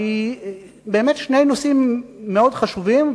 שני נושאים מאוד חשובים,